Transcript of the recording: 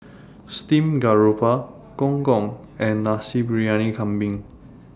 Steamed Garoupa Gong Gong and Nasi Briyani Kambing